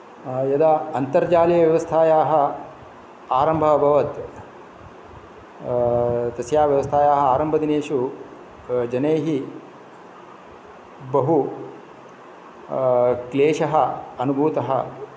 यदा अन्तर्जालीयव्यवस्थायाः आरम्भः अभवत् तस्याः व्यस्थायाः आरम्भदिनेषु जनैः बहु क्लेशः अनुभूतः